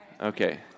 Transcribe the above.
Okay